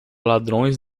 ladrões